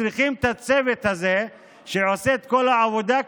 צריכים את הצוות הזה שעושה את כל העבודה,